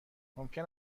ممکن